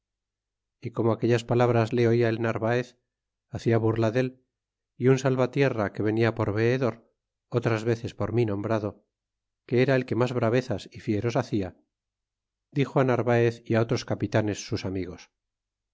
é como aquellas palabras le ola el narvaez hacia burla dél é un salvatierra que venia por veedor otras veces por mi nombrado que era el que mas bravezas é fieros hacia dixo á narvaez é á otros capitanes sus amigos